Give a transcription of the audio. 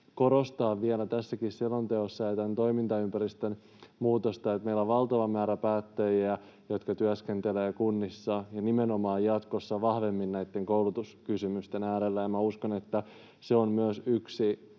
korostaa vielä tässäkin selonteossa ja tämän toimintaympäristön muutoksessa, että meillä on valtava määrä päättäjiä, jotka työskentelevät kunnissa ja nimenomaan jatkossa vahvemmin näitten koulutuskysymysten äärellä, ja minä uskon, että se on myös yksi